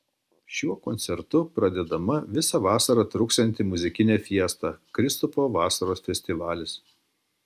šiuo koncertu pradedama visą vasarą truksianti muzikinė fiesta kristupo vasaros festivalis